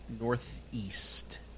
northeast